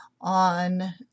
on